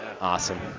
Awesome